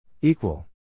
Equal